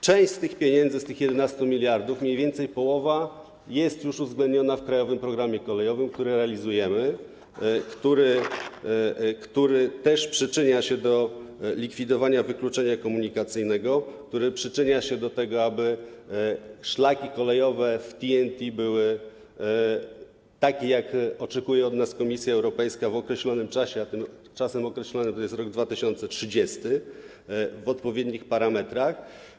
Część tych pieniędzy, tych 11 mld, mniej więcej połowa, jest już uwzględniona w „Krajowym programie kolejowym”, który realizujemy, który też przyczynia się do likwidowania wykluczenia komunikacyjnego, który przyczynia się do tego, aby szlaki kolejowe w ramach TEN-T były takie, jak oczekuje od nas Komisja Europejska, w określonym czasie, a tym określonym czasem jest rok 2030, o odpowiednich parametrach.